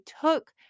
took